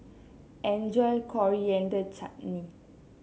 enjoy your Coriander Chutney